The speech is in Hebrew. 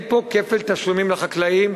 אין פה כפל תשלומים לחקלאים,